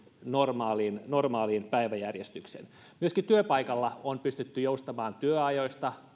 normaaliin normaaliin päiväjärjestykseen myöskin työpaikoilla on pystytty joustamaan työajoista